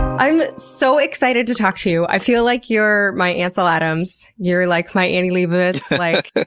i'm so excited to talk to you! i feel like you're my ansel adams you're like my annie leibovitz, like,